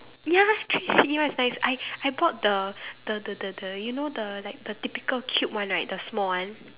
ya three C E one is nice I I bought the the the the you know the like the typical cute one right the small one